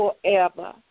forever